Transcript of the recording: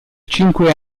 cinque